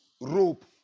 rope